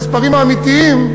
למספרים האמיתיים,